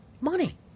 money